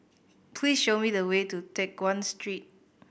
please show me the way to Teck Guan Street